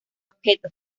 objeto